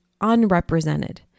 unrepresented